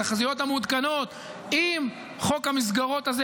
התחזיות המעודכנות עם חוק המסגרות הזה,